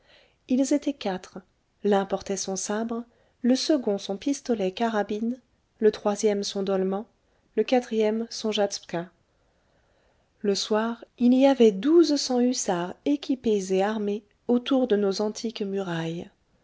ils étaient quatre l'un portait son sabre le second son pistolet carabine le troisième son dolman le quatrième son jatspka le soir il y avait douze cent hussards équipés et armés autour de nos antiques murailles